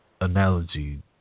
analogy